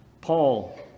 paul